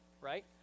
right